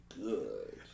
good